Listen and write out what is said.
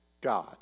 God